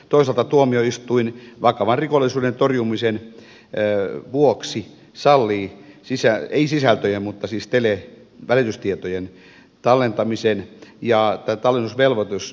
toisaalta tuomioistuin vakavan rikollisuuden torjumisen vuoksi sallii ei sisältöjen mutta siis televälitystietojen tallentamisen